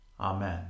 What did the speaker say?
Amen